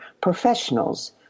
professionals